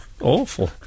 awful